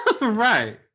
Right